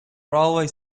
railway